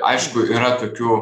aišku yra tokių